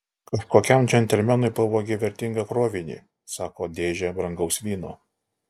kažkokiam džentelmenui pavogė vertingą krovinį sako dėžę brangaus vyno